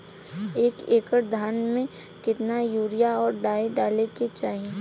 एक एकड़ धान में कितना यूरिया और डाई डाले के चाही?